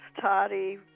toddy